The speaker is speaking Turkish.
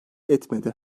etmedi